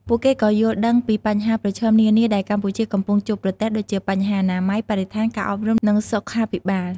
ពួកគេក៏យល់ដឹងពីបញ្ហាប្រឈមនានាដែលកម្ពុជាកំពុងជួបប្រទះ ដូចជាបញ្ហាអនាម័យ បរិស្ថាន ការអប់រំ និងសុខាភិបាល។